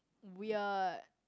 wired